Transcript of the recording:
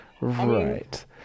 Right